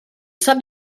sap